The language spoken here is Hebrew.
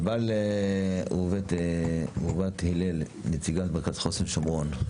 ענבל ראובת הלל, נציגת מרכז חוסן שומרון.